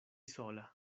sola